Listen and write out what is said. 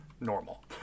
normal